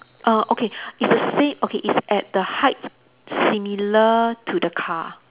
err okay it's the sa~ okay it's at the height similar to the car